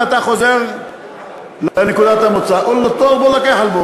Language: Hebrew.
ואתה חוזר לנקודת המוצא (אומר בערבית ומתרגם:).